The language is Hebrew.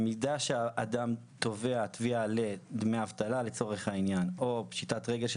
במידה שאדם תובע תביעה לדמי אבטלה לצורך הענין או פשיטת רגל של